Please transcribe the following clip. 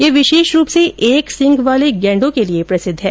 ये विशेष रूप से एक सींग वाले गेंडों के लिए प्रसिद्ध है